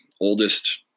oldest